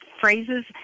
phrases